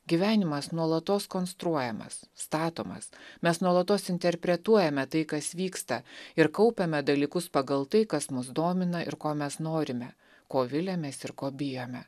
gyvenimas nuolatos konstruojamas statomas mes nuolatos interpretuojame tai kas vyksta ir kaupiame dalykus pagal tai kas mus domina ir ko mes norime ko viliamės ir ko bijome